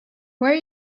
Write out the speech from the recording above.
where